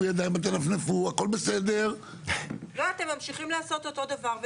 אתם ממשיכים לעשות אותו דבר.